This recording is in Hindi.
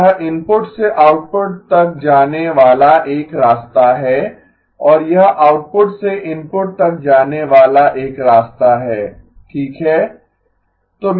तो यह इनपुट से आउटपुट तक जाने वाला एक रास्ता है और यह आउटपुट से इनपुट तक जाने वाला एक रास्ता है ठीक है